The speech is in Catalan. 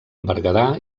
berguedà